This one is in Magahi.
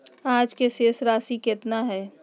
आज के शेष राशि केतना हइ?